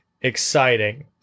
exciting